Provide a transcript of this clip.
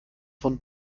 von